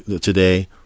today